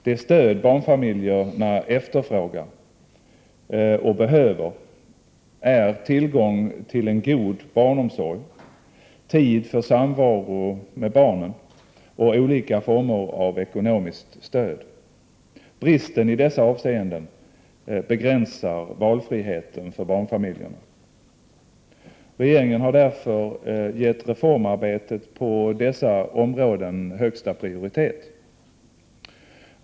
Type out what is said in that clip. Det stöd som barnfamiljerna efterfrågar och behöver är tillgången till en god barnomsorg, tid för samvaro med barnen och olika former av ekonomiskt stöd. Brister i dessa avseenden begränsar valfriheten för barnfamiljerna. Regeringen har därför gett reformarbetet på dessa områden högsta prioritet.